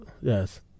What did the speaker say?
Yes